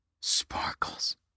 sparkles